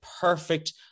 perfect